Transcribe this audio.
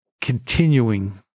continuing